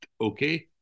okay